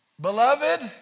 Beloved